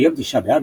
ביום תשעה באב,